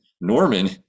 Norman